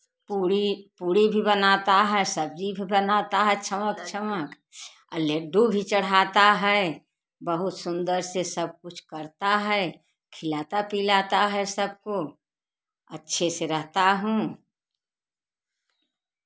पूड़ी पूड़ी भी बनाते हैं सब्जी बनाते हैं छमक छमक और लड्डू भी चढ़ाते हैं बहुत सुंदर से सब कुछ करते हैं खिलाते पिलाते हैं सबको अच्छे से रहते हैं